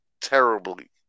terribly